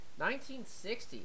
1960